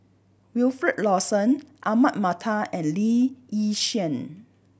Wilfed Lawson Ahmad Mattar and Lee Yi Shyan